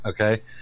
okay